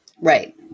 Right